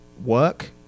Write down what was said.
work